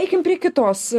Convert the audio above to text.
eikim prie kitos